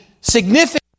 significant